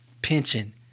pension